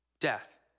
Death